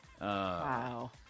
Wow